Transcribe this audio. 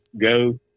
go